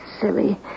silly